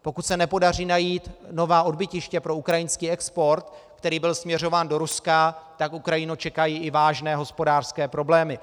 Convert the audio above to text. Pokud se nepodaří najít nová odbytiště pro ukrajinský export, který byl směřován do Ruska, tak Ukrajinu čekají i vážné hospodářské problémy.